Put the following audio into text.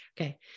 Okay